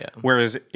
whereas